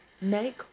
make